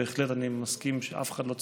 בהחלט אני מסכים שאף אחד לא צריך,